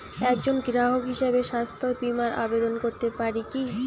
একজন গ্রাহক হিসাবে স্বাস্থ্য বিমার আবেদন করতে পারি কি?